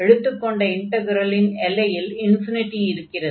எடுத்துக் கொண்ட இன்டக்ரலின் எல்லையில் இருக்கிறது